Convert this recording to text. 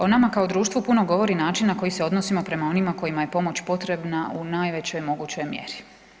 O nama kao društvu puno govori način na koji se odnosimo prema onima kojima je pomoć potrebna u najvećoj mogućoj mjeri.